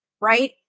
right